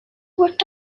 worked